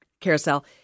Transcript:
carousel